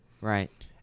Right